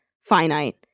finite